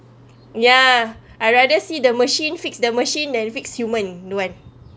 ya I rather see the machine fix the machine than fix human don't want